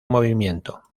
movimiento